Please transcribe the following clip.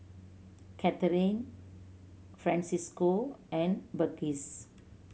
Kathrine Francesco and Burgess